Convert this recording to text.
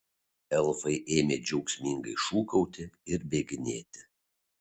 elfai ėmė džiaugsmingai šūkauti ir bėginėti